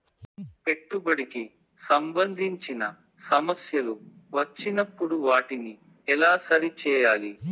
పెట్టుబడికి సంబంధించిన సమస్యలు వచ్చినప్పుడు వాటిని ఎలా సరి చేయాలి?